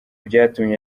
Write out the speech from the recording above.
byatumye